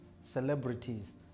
celebrities